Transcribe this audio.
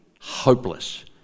hopeless